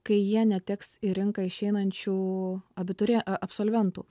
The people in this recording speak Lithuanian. kai jie neteks į rinką išeinančių abiturie absolventų